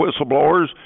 whistleblowers